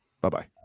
Bye-bye